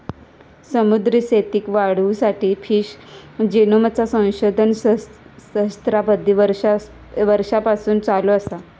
समुद्री शेतीक वाढवुसाठी फिश जिनोमचा संशोधन सहस्त्राबधी वर्षांपासून चालू असा